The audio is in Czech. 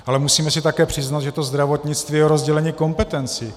Ale musíme si také přiznat, že zdravotnictví je o rozdělení kompetencí.